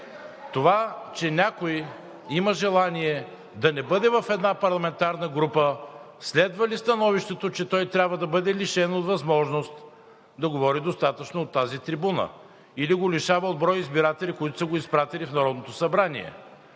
Това, че някой има желание да не бъде в една парламентарна група, следва ли становището, че той трябва да бъде лишен от възможност да говори достатъчно от тази трибуна или го лишава от брой избиратели, които са го изпратили в Народното събрание?